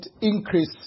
increase